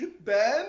Ben